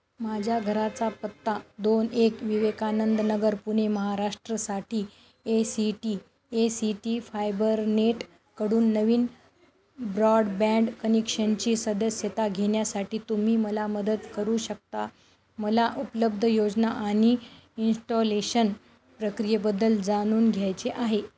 माझ्या घराचा पत्ता दोन एक विवेकानंद नगर पुणे महाराष्ट्रसाठी A C T A C T फायबरनेटकडून नवीन ब्रॉडबँड कनेक्शनची सदस्यता घेण्यासाठी तुम्ही मला मदत करू शकता मला उपलब्ध योजना आणि इनस्टॉलेशन प्रक्रियेबद्दल जाणून घ्यायचे आहे